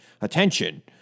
attention